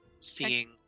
Seeing